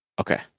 Okay